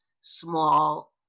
small